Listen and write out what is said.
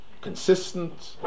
consistent